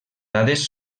dades